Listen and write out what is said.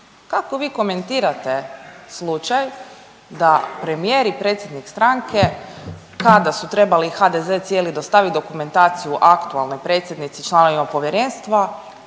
Kako vi komentirate slučaj da premijer i predsjednik stranke kada su trebali HDZ cijeli dostaviti dokumentaciju aktualnoj predsjednici i članovima povjerenstva,